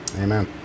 Amen